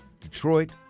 Detroit